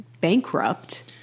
bankrupt